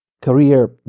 career